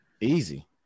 Easy